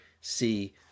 see